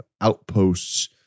outposts